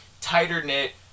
tighter-knit